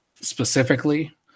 specifically